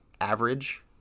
average